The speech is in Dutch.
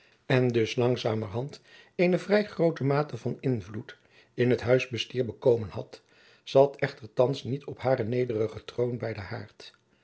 en dus langzamerhand eene vrij groote mate van invloed in het huisbestier bekomen had zat echter thands niet op haren nederigen throon bij den haard